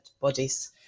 bodies